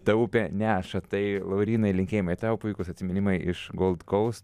ta upė neša tai laurynai linkėjimai tau puikūs atsiminimai iš gold kousto